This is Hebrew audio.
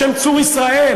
בשם צור ישראל,